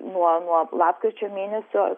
nuo nuo lapkričio mėnesio